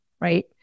right